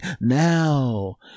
now